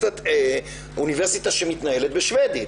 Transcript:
אוניברסיטה שמתנהלת בשבדית.